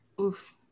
oof